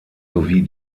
sowie